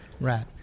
Right